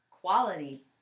quality